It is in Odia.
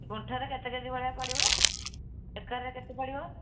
ଗୁଣ୍ଠରେ କେତେ କେ ଜି ଭଳିଆ ପଡ଼ିବ ଏକରରେ କେତେ ପଡ଼ିବ